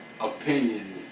opinion